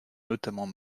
notamment